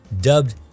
dubbed